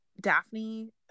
Daphne